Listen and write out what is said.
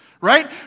Right